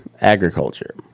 agriculture